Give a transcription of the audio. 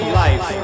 life